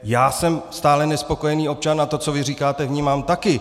Já jsem stále nespokojený občan a to, co vy říkáte, vnímám taky.